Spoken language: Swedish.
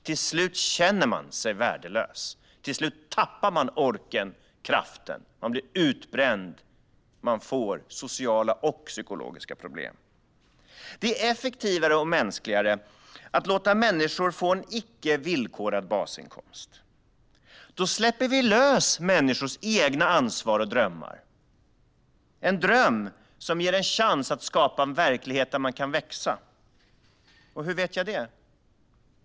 Till slut känner man sig värdelös. Till slut tappar man orken och kraften. Man blir utbränd och får sociala och psykologiska problem. Det är effektivare och mänskligare att låta människor få en icke villkorad basinkomst. Då släpper vi loss människors eget ansvar och egna drömmar, drömmar som ger en chans att skapa en verklighet där man kan växa. Och hur vet jag det?